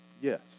Yes